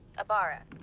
abara,